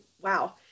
wow